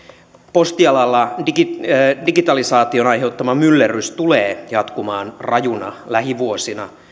postialalla digitalisaation aiheuttama myllerrys tulee jatkumaan rajuna lähivuosina